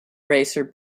racer